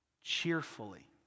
cheerfully